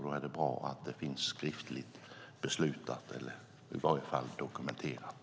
Då är det bra att besluten finns skriftligt dokumenterade.